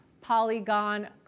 Polygon